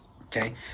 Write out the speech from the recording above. okay